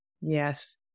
Yes